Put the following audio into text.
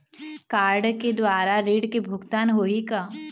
Card के द्वारा ऋण के भुगतान होही का?